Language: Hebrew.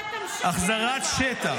החזרת שטח.